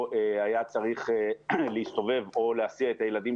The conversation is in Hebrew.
או היה צריך להסתובב או להסיע את הילדים